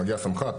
מגיע סמח"ט,